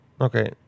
Okay